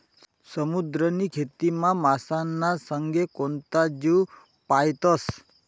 समुद्रनी खेतीमा मासाना संगे कोणता जीव पायतस?